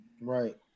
Right